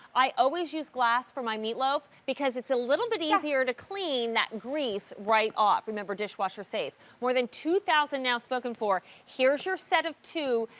i always use glass for my meat loaf because it's a little but easier to clean that grease right off. remember, dishwasher safe. more than two thousand spoken for. here's your set of two.